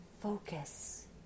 Focus